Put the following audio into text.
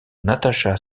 natasha